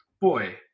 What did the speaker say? boy